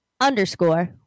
underscore